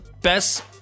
best